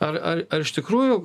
ar ar ar iš tikrųjų